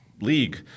league